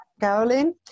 Caroline